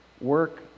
Work